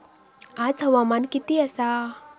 आज हवामान किती आसा?